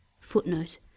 Footnote